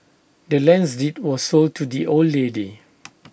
the land's deed was sold to the old lady